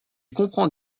comprend